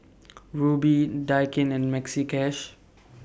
Rubi Daikin and Maxi Cash